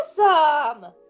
Awesome